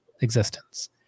existence